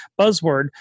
buzzword